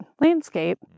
landscape